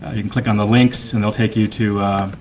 ah you can click on the links and they'll take you to